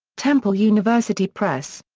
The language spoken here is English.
temple university press.